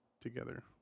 together